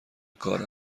کار